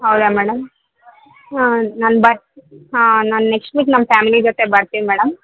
ಹೌದಾ ಮೇಡಮ್ ಹಾಂ ನಾನು ಬರ್ ಹಾಂ ನಾನು ನೆಕ್ಸ್ಟ್ ವೀಕ್ ನಮ್ಮ ಫ್ಯಾಮಿಲಿ ಜೊತೆ ಬರ್ತೀನಿ ಮೇಡಮ್